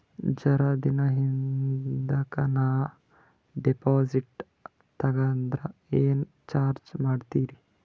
ಜರ ದಿನ ಹಿಂದಕ ನಾ ಡಿಪಾಜಿಟ್ ತಗದ್ರ ಏನ ಚಾರ್ಜ ಮಾಡ್ತೀರಿ?